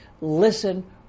listen